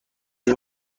این